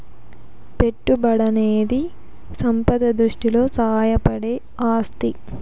పెట్టుబడనేది సంపద సృష్టిలో సాయపడే ఆస్తి